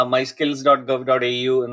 MySkills.gov.au